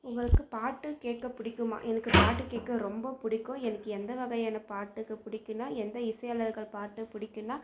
உங்களுக்கு பாட்டு கேட்க பிடிக்குமா எனக்கு பாட்டு கேட்க ரொம்ப பிடிக்கும் எனக்கு எந்த வகையான பாட்டுக்கு பிடிக்குன்னா எந்த இசையாளர்கள் பாட்டு பிடிக்குன்னா